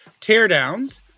teardowns